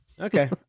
Okay